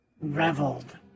reveled